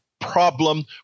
problem